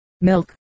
milk